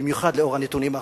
במיוחד לאור הנתונים האחרונים,